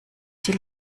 sie